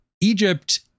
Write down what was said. Egypt